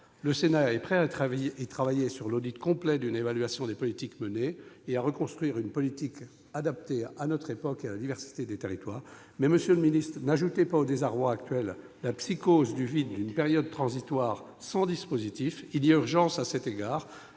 Le Sénat est prêt à travailler sur l'audit complet d'une évaluation des politiques menées, et à reconstruire une stratégie adaptée à notre époque et à la diversité des territoires. Monsieur le ministre, n'ajoutez pas au désarroi actuel la psychose du vide d'une période transitoire sans dispositif. Il y a urgence et, à cet égard,